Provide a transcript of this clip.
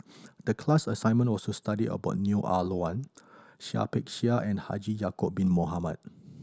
the class assignment was to study about Neo Ah Luan Seah Peck Seah and Haji Ya'acob Bin Mohamed